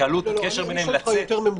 לא, אני שואל אותך יותר ממוקד.